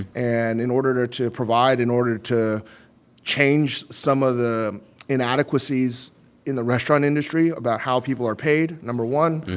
and in order to provide, in order to change some of the inadequacies in the restaurant industry about how people are paid, no. one,